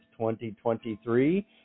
2023